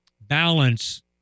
balance